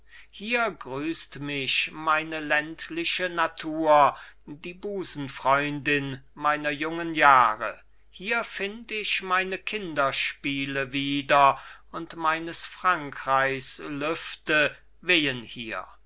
hier grüßt mich meine ländliche natur die busenfreundin meiner jungen jahre hier find ich meine kinderspiele wieder und meines frankreichs lüfte wehen hier